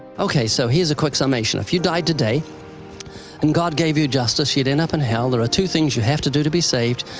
okay, so here's a quick summation. if you died today and god gave you justice, you'd end up in hell. there are two things you have to do to be saved.